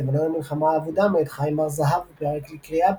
"לבנון המלחמה האבודה" מאת חיים הר־זהב פרק לקריאה,